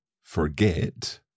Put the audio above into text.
forget